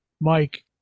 mike